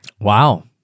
Wow